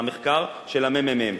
המחקר של הממ"מ,